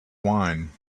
wine